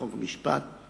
חוק ומשפט.